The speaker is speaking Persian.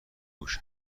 هوش